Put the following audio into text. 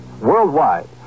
worldwide